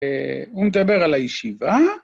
אה... הוא מדבר על הישיבה...